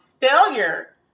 failure